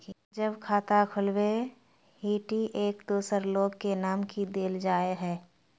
जब खाता खोलबे ही टी एक दोसर लोग के नाम की देल जाए है?